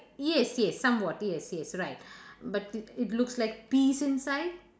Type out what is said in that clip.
yes yes somewhat yes yes right but it looks like peas inside